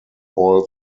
all